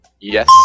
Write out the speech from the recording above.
yes